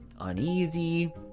uneasy